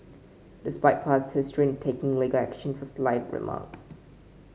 despite past history in taking legal action for slight remarks